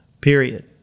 period